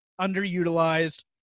underutilized